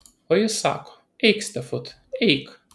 o jis sako eik stefut eik